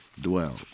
dwell